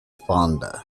fonda